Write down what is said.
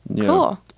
Cool